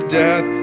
death